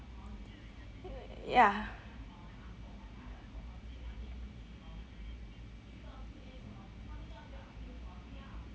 ya